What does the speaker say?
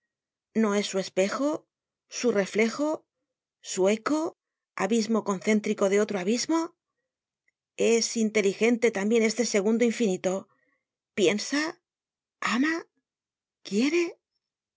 no es su espejo su reflejo su eco abismo concéntrico de otro abismo e s inteligente tambien este segundo infinito piensa ama quiere